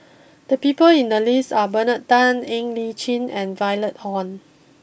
the people in the list are Bernard Tan Ng Li Chin and Violet Oon